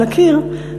על הקיר,